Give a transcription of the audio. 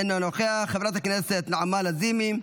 אינו נוכח, חברת הכנסת נעמה לזימי,